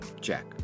Jack